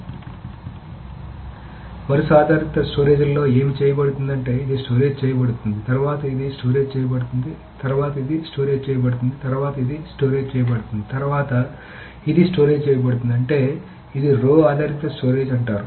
కాబట్టి వరుస ఆధారిత స్టోరేజ్ లో ఏమి చేయబడుతుందంటే ఇది స్టోరేజ్ చేయబడుతుంది తర్వాత ఇది స్టోరేజ్ చేయబడుతుంది తర్వాత ఇది స్టోరేజ్ చేయబడుతుంది తర్వాత ఇది స్టోరేజ్ చేయబడుతుంది తర్వాత ఇది స్టోరేజ్ చేయబడుతుంది అంటే ఇది రో ఆధారిత స్టోరేజ్ అంటారు